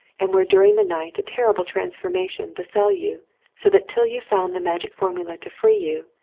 and where during the night a terrible transformation befell you so that till you found the magic formula to free you,